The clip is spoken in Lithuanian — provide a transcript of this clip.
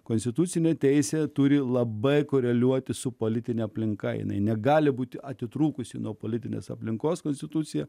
konstitucinė teisė turi labai koreliuoti su politine aplinka jinai negali būti atitrūkusi nuo politinės aplinkos konstitucija